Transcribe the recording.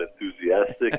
enthusiastic